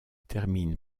termine